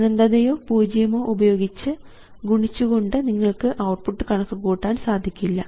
അനന്തതയോ പൂജ്യമോ ഉപയോഗിച്ച് ഗുണിച്ചു കൊണ്ട് നിങ്ങൾക്ക് ഔട്ട്പുട്ട് കണക്കുകൂട്ടാൻ സാധിക്കില്ല